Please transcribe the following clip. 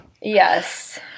Yes